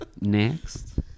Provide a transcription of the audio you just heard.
Next